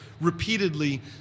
repeatedly